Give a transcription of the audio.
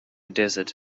desert